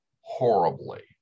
horribly